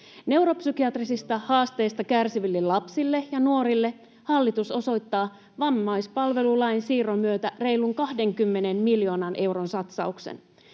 Neuropsykiatrisista haasteista kärsiville lapsille ja nuorille hallitus osoittaa vammaispalvelulain siirron myötä reilun 20 miljoonan euron satsauksen.